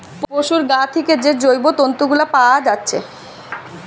পোশুর গা থিকে যে জৈব তন্তু গুলা পাআ যাচ্ছে